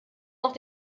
noch